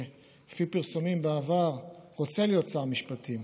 שלפי פרסומים בעבר רצה להיות שר משפטים,